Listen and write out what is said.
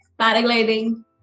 paragliding